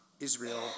Israel